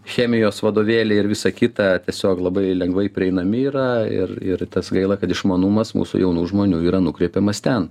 chemijos vadovėliai ir visa kita tiesiog labai lengvai prieinami yra ir ir tas gaila kad išmanumas mūsų jaunų žmonių yra nukreipiamas ten